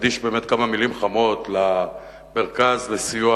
ולהקדיש כמה מלים חמות למרכז לסיוע